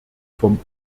vom